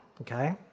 okay